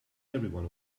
everyone